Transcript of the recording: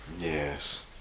Yes